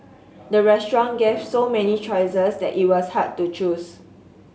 the restaurant gave so many choices that it was hard to choose